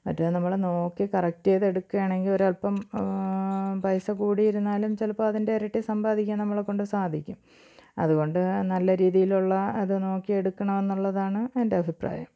മറ്റേത് നമ്മള് നോക്കി കറക്റ്റ് ചെയ്തെടുക്കുകയാണെങ്കില് ഒരൽപ്പം പൈസ കൂടിയിരുന്നാലും ചിലപ്പോള് അതിൻ്റെ ഇരട്ടി സമ്പാദിക്കാൻ നമ്മളെ കൊണ്ട് സാധിക്കും അതുകൊണ്ട് നല്ല രീതിയിലുള്ള അത് നോക്കിയെടുക്കണമെന്നുള്ളതാണ് എൻ്റഭിപ്രായം